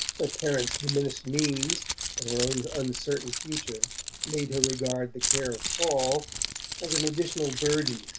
her parents' diminished means and her own uncertain future made her regard the care of paul as an additional burden,